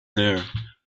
there